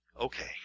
Okay